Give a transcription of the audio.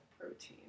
protein